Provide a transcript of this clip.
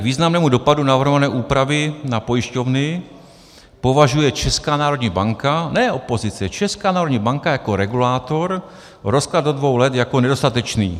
Vzhledem k významnému dopadu navrhované úpravy na pojišťovny považuje Česká národní banka ne opozice, Česká národní banka jako regulátor rozklad do dvou let jako nedostatečný.